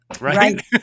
Right